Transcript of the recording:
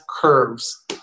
curves